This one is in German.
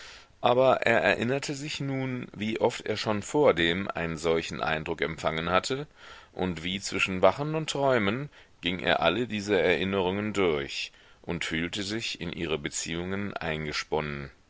aber er erinnerte sich nun wie oft er schon vordem einen solchen eindruck empfangen hatte und wie zwischen wachen und träumen ging er alle diese erinnerungen durch und fühlte sich in ihre beziehungen eingesponnen